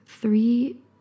three